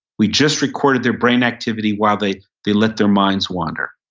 we just recorded their brain activity while they they let their minds wander.